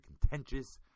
contentious